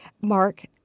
Mark